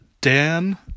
Dan